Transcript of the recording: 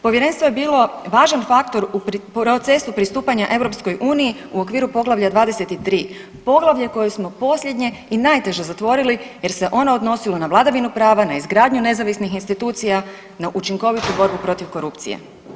Povjerenstvo je bilo važan faktor u procesu pristupanja EU u okviru Poglavlja 23., poglavlje koje smo posljednje i najteže zatvorili jer se ono odnosilo na vladavinu prava, na izgradnju nezavisnih institucija na učinkovitu borbu protiv korupcije.